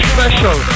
Special